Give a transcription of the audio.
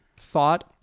thought